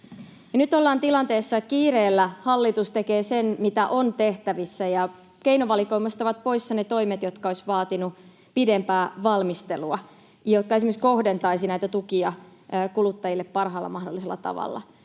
Nyt ollaan tilanteessa, että kiireellä hallitus tekee sen, mitä on tehtävissä, ja keinovalikoimasta ovat poissa ne toimet, jotka olisivat vaatineet pidempää valmistelua, jotka esimerkiksi kohdentaisivat näitä tukia kuluttajille parhaalla mahdollisella tavalla.